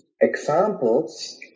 examples